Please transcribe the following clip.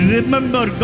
Remember